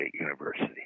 University